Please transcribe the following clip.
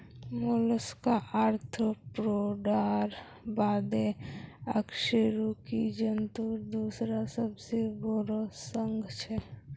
Mollusca आर्थ्रोपोडार बादे अकशेरुकी जंतुर दूसरा सबसे बोरो संघ छे